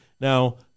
Now